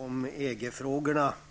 1,5 milj.kr.